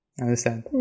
understand